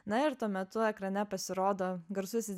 na ir tuo metu ekrane pasirodo garsusis